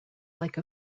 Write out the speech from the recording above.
like